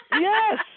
Yes